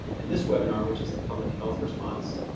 in this webinar, which is the public health response.